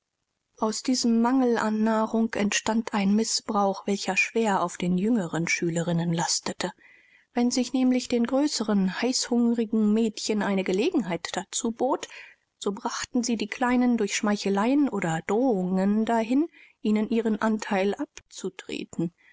aus diesem mangel an nahrung entstand ein mißbrauch welcher schwer auf den jüngeren schülerinnen lastete wenn sich nämlich den größeren heißhungrigen mädchen eine gelegenheit dazu bot so brachten sie die kleinen durch schmeicheleien oder drohungen dahin ihnen ihren anteil abzutreten